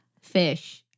Fish